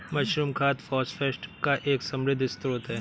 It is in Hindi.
मशरूम खाद फॉस्फेट का एक समृद्ध स्रोत है